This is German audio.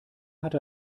hatte